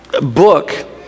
book